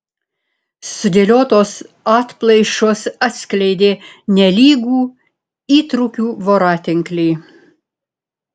sudėliotos atplaišos atskleidė nelygų įtrūkių voratinklį